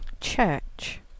Church